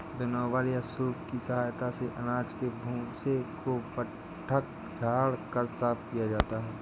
winnower या सूप की सहायता से अनाज के भूसे को फटक झाड़ कर साफ किया जाता है